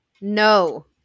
no